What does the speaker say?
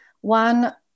One